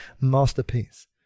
masterpiece